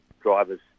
drivers